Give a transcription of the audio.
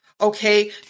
Okay